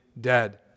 dead